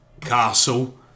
castle